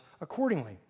accordingly